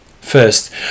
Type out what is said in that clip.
First